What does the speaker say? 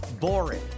boring